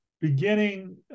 beginning